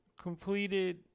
Completed